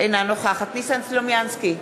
אינה נוכחת ניסן סלומינסקי,